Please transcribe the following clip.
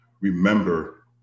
remember